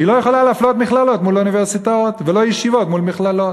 היא לא יכולה להפלות מכללות מול אוניברסיטאות ולא ישיבות מול מכללות,